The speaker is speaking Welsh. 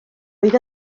oedd